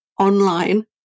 online